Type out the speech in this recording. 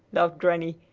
laughed granny.